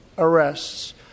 Arrests